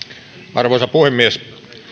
arvoisa puhemies